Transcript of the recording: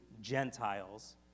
Gentiles